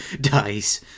dies